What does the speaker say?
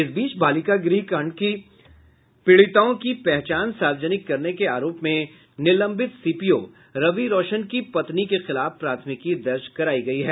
इस बीच बालिका गृह कांड की पीड़िताओं की पहचान सार्वजनिक करने के आरोप में निलंबित सीपीओ रवि रौशन की पत्नी के खिलाफ प्राथमिकी दर्ज करायी गयी है